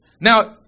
Now